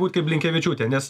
būt kaip blinkevičiūtė nes